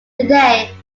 today